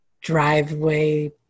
driveway